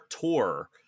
Tour